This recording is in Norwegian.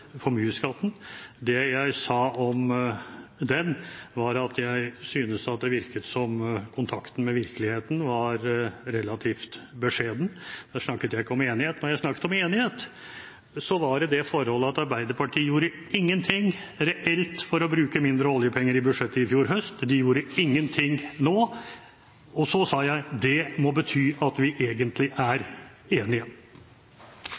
Det jeg sa om den, var at jeg syntes det virket som om kontakten med virkeligheten var relativt beskjeden. Der snakket jeg ikke om enighet. Da jeg snakket om enighet, var det om det forholdet at Arbeiderpartiet ikke gjorde noe reelt for å bruke mindre oljepenger i budsjettet i fjor høst, og de gjorde ikke noe nå – og så sa jeg at det må bety at vi egentlig